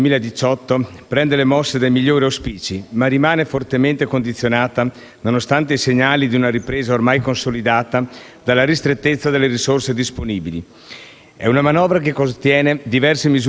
È una manovra che contiene diverse misure positive, che cercano di favorire da una parte lo sviluppo e dall'altra l'inclusione sociale, ma che purtroppo non riesce ancora a soddisfare in pieno le esigenze del nostro Paese.